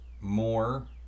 more